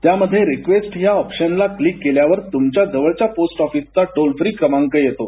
त्यामध्ये रिक्वेस्ट या ऑप्शनला क्लिक केल्यावर तूमच्या जवळच्या पोस्ट ऑफीसचा टोल फ्री क्रमांक येतो